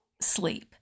sleep